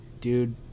Dude